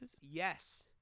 Yes